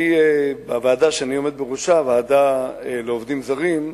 בוועדה שאני עומד בראשה, הוועדה לעובדים זרים,